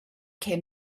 came